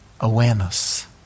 awareness